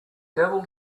devil